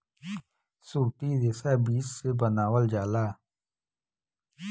सूती रेशा बीज से बनावल जाला